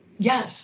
Yes